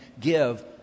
give